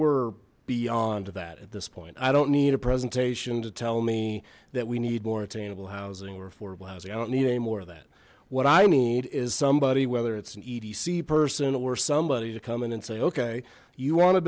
we're beyond that at this point i don't need a presentation to tell me that need more attainable housing or affordable housing i don't need any more of that what i need is somebody whether it's an edc person or somebody to come in and say okay you want to